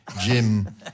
Jim